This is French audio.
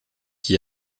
qui